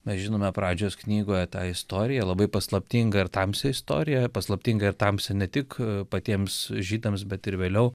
mes žinome pradžios knygoje tą istoriją labai paslaptingą ir tamsią istoriją paslaptingą ir tamsią ne tik patiems žydams bet ir vėliau